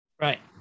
right